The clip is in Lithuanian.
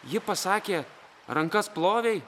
ji pasakė rankas plovei